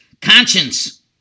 Conscience